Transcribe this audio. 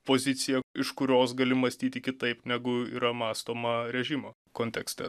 pozicija iš kurios gali mąstyti kitaip negu yra mąstoma režimo kontekste